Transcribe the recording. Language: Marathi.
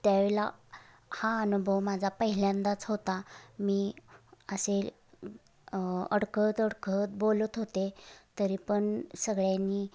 त्या वेळला हा अनुभव माझा पहिल्यांदाच होता मी असे अडकत अडखळत बोलत होते तरी पण सगळ्यांनी